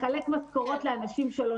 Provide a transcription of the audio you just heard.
לחלק משכורות שלא מכירים את השטח.